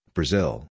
Brazil